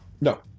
No